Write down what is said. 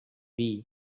hiv